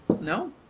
No